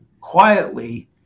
quietly